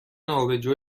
آبجو